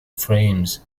frames